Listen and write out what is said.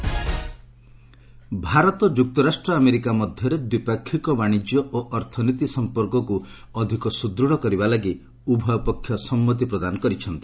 India US trade Bharat ଯୁକ୍ତରାଷ୍ଟ୍ର America ମଧ୍ୟରେ ଦ୍ୱିପାକ୍ଷିକ ବାଣିଜ୍ୟ ଓ ଅର୍ଥନୀତି ସଂପକକୁ ଅଧିକ ସୁଦୃଢ଼ କରିବା ଲାଗି ଉଭୟ ପକ୍ଷ ସମ୍ମତି ପ୍ରଦାନ କରିଛନ୍ତି